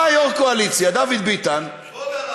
בא יו"ר הקואליציה דוד ביטן, כבוד הרב.